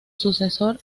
sucesor